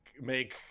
make